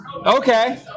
Okay